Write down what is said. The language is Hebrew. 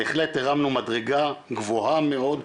בהחלט הרמנו מדרגה גבוהה מאוד,